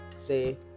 say